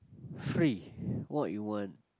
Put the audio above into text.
free what you want